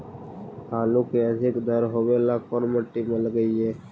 आलू के अधिक दर होवे ला कोन मट्टी में लगीईऐ?